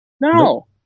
No